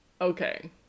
okay